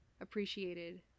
appreciated